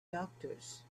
doctors